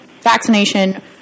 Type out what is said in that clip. vaccination